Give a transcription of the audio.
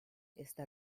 está